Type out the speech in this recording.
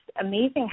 amazing